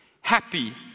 Happy